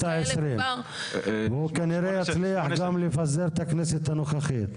העשרים והוא כנראה גם יצליח לפזר את הכנסת הנוכחית.